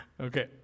Okay